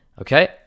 okay